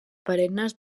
perennes